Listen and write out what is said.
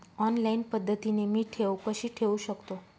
Online पद्धतीने मी ठेव कशी ठेवू शकतो?